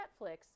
netflix